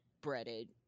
Breaded